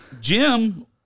Jim